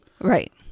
Right